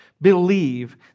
believe